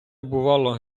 бувало